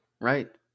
Right